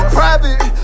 Private